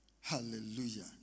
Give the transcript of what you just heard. Hallelujah